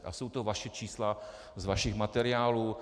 A jsou to vaše čísla z vašich materiálů.